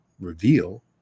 reveal